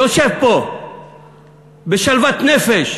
יושב פה בשלוות נפש,